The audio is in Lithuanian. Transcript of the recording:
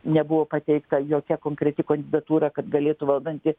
nebuvo pateikta jokia konkreti kandidatūra kad galėtų valdanti